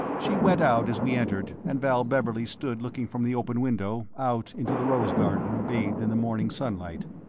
she went out as we entered, and val beverley stood looking from the open window out into the rose garden bathed in the morning sunlight.